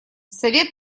совет